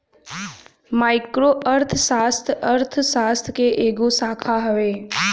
micro अर्थशास्त्र, अर्थशास्त्र के एगो शाखा हवे